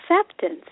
acceptance